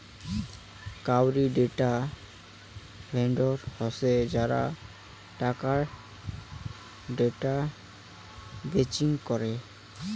কাউরী data vendor হসে যারা টাকার ডেটা বেচিম করাং